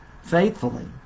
Faithfully